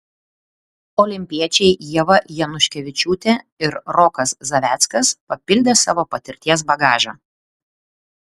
olimpiečiai ieva januškevičiūtė ir rokas zaveckas papildė savo patirties bagažą